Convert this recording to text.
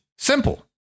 simple